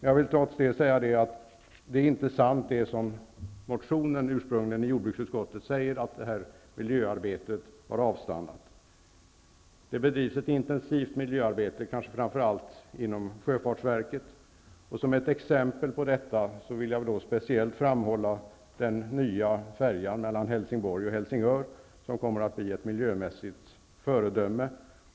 Jag vill ändå säga att påståendet i den av jordbruksutskottet behandlade motionen att miljöarbetet har avstannat inte är sant. Det bedrivs ett intensivt miljöarbete, kanske framför allt inom sjöfartsverket. Som ett exempel på detta vill jag speciellt framhålla den nya färjan mellan Helsingborg och Helsingör, som kommer att bli ett miljömässigt föredöme.